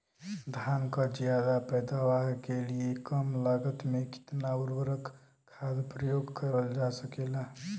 धान क ज्यादा पैदावार के लिए कम लागत में कितना उर्वरक खाद प्रयोग करल जा सकेला?